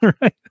Right